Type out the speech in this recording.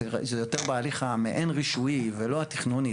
שזה יותר בהליך המעין רישויי ולא התכנוני,